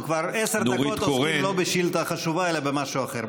אנחנו כבר עשר דקות עוסקים לא בשאילתה החשובה אלא במשהו אחר.